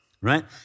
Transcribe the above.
right